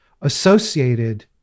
associated